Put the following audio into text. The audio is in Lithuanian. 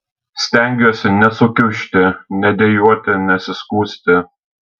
stengiuosi nesukiužti nedejuoti nesiskųsti